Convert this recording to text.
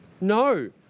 No